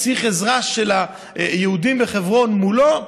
כשצריך עזרה ליהודים בחברון מולו,